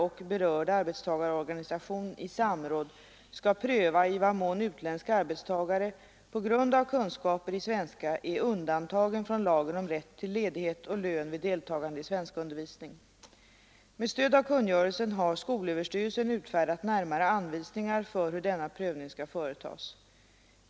och berörd arbetstagarorganisation i samråd skall pröva i vad mån utländsk arbetstagare på grund av kunskaper i svenska är undantagen från lagen om rätt till ledighet och lön vid deltagande i svenskundervisning. Med stöd av kungörelsen har skolöverstyrelsen utfärdat närmare anvisningar för hur denna prövning skall företas.